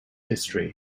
history